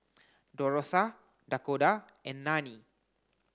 Dorotha Dakoda and Nanie